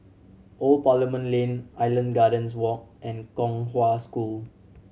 Old Parliament Lane Island Gardens Walk and Kong Hwa School